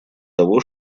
того